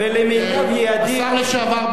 השר לשעבר בר-און,